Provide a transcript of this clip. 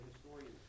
historian's